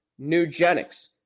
Nugenics